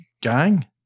gang